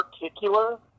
particular